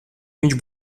viņš